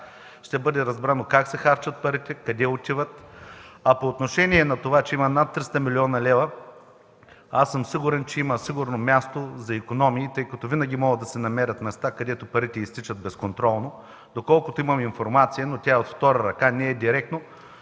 ще бъде разбрано как се харчат парите, къде отиват. По отношение на това, че има над 300 млн. лв., сигурен съм, че сигурно има място за икономии, тъй като винаги могат да се намерят места, където парите изтичат безконтролно. Доколкото имам информация, но тя е от втора ръка, не е директна,